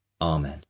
amen